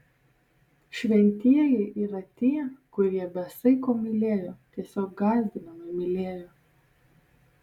šventieji yra tie kurie be saiko mylėjo tiesiog gąsdinamai mylėjo